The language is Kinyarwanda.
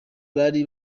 bari